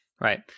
Right